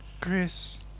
Chris